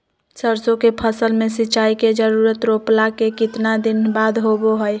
सरसों के फसल में सिंचाई के जरूरत रोपला के कितना दिन बाद होबो हय?